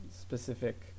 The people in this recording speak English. specific